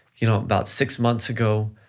you know about six months ago,